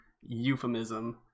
euphemism